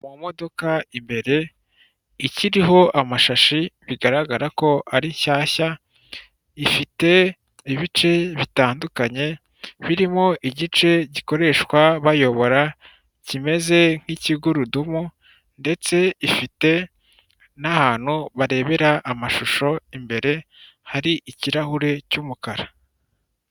Mu modoka imbere ikiriho amashashi bigaragara ko ari nshyashya, ifite ibice bitandukanye birimo igice gikoreshwa bayobora kimeze nk'ikigurudumu, ndetse ifite n'ahantu barebera amashusho imbere hari ikirahure cy'umukara.